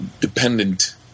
dependent